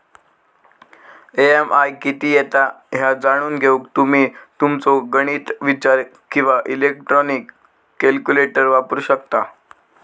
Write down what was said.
EMI किती येता ह्या जाणून घेऊक तुम्ही तुमचो गणिती विचार किंवा इलेक्ट्रॉनिक कॅल्क्युलेटर वापरू शकता